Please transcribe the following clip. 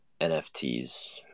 NFTs